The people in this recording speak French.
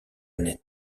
net